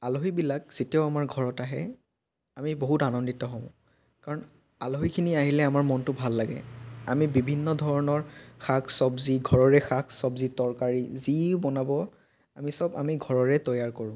আলহীবিলাক যেতিয়াও আমাৰ ঘৰত আহে আমি বহুত আনন্দিত হওঁ কাৰণ আলহীখিনি আহিলে আমাৰ মনটো ভাল লাগে আমি বিভিন্ন ধৰণৰ শাক চবজি ঘৰৰে শাক চবজি তৰকাৰী যি বনাব আমি চব আমি ঘৰৰে তৈয়াৰ কৰোঁ